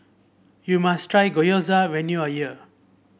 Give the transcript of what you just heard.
you must try Gyoza when you are here